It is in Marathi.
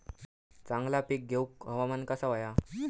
चांगला पीक येऊक हवामान कसा होया?